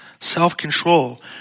self-control